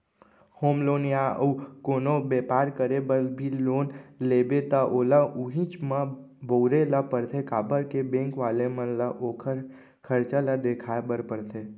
home loan या अउ कोनो बेपार करे बर भी लोन लेबे त ओला उहींच म बउरे ल परथे काबर के बेंक वाले मन ल ओखर खरचा ल देखाय बर परथे